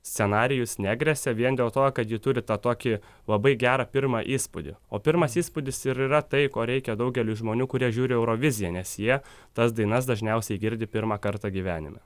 scenarijus negresia vien dėl to kad ji turi tą tokį labai gerą pirmą įspūdį o pirmas įspūdis ir yra tai ko reikia daugeliui žmonių kurie žiūri euroviziją nes jie tas dainas dažniausiai girdi pirmą kartą gyvenime